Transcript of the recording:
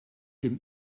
dem